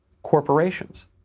Corporations